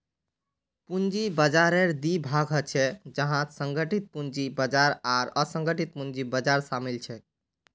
पूंजी बाजाररेर दी भाग ह छेक जहात संगठित पूंजी बाजार आर असंगठित पूंजी बाजार शामिल छेक